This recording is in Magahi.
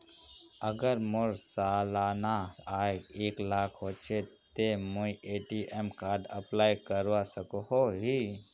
अगर मोर सालाना आय एक लाख होचे ते मुई ए.टी.एम कार्ड अप्लाई करवा सकोहो ही?